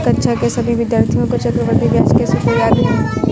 कक्षा के सभी विद्यार्थियों को चक्रवृद्धि ब्याज के सूत्र याद हैं